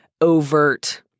overt